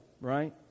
right